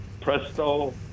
presto